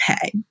pay